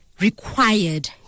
required